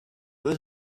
was